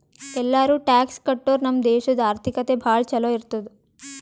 ಎಲ್ಲಾರೂ ಟ್ಯಾಕ್ಸ್ ಕಟ್ಟುರ್ ನಮ್ ದೇಶಾದು ಆರ್ಥಿಕತೆ ಭಾಳ ಛಲೋ ಇರ್ತುದ್